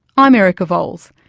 i'm erica vowles,